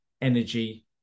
energy